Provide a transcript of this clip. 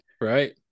right